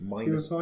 Minus